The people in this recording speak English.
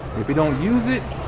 if you don't use it,